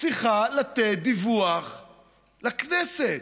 צריכה לתת דיווח לכנסת.